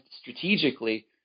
strategically